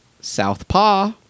Southpaw